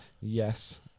Yes